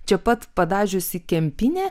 čia pat padažiusi kempinę